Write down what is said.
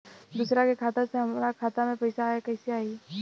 दूसरा के खाता से हमरा खाता में पैसा कैसे आई?